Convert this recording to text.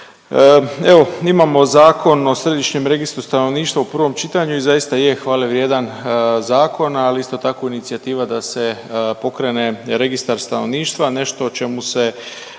Evo, imamo Zakon o Središnjem registru stanovništva u prvom čitanju i zaista je hvalevrijedan zakon, ali isto tako i inicijativa da se pokrene registar stanovništva, nešto o čemu se